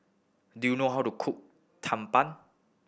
do you know how to cook tumpang